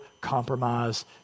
compromise